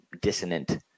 dissonant